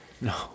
No